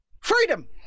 freedom